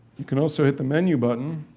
you can also hit the menu button